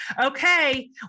Okay